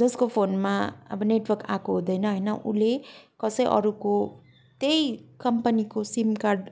जसको फोनमा अब नेटवर्क आएको हुँदैन होइन उसले कसै अरूको त्यही कम्पनीको सिम कार्ड